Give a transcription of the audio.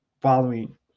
following